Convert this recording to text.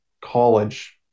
college